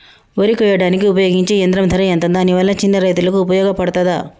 వరి కొయ్యడానికి ఉపయోగించే యంత్రం ధర ఎంత దాని వల్ల చిన్న రైతులకు ఉపయోగపడుతదా?